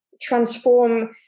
transform